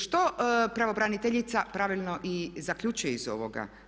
Što pravobraniteljica pravilno i zaključuje iz ovoga?